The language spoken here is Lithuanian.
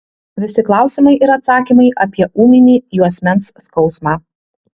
visi klausimai ir atsakymai apie ūminį juosmens skausmą